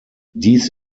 dies